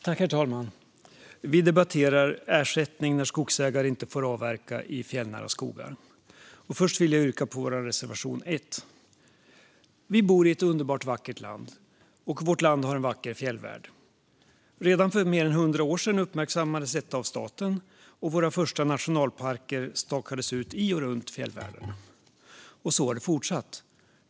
Herr talman! Vi debatterar ersättning när skogsägare inte får avverka i fjällnära skogar. Först vill jag yrka bifall till vår reservation 1. Vi bor i ett underbart vackert land, och vårt land har en vacker fjällvärld. Redan för mer än hundra år sedan uppmärksammades detta av staten, och våra första nationalparker stakades ut i och runt fjällvärlden. Så har det fortsatt.